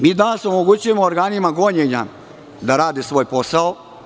Mi danas omogućujemo organima gonjenja da radi svoj posao.